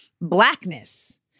blackness